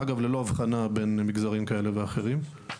אגב, ללא הבחנה בין מגזרים כאלה ואחרים.